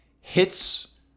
hits